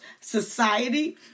society